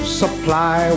supply